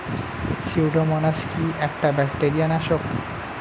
Pseudomonas কি একটা bacteria নাশক?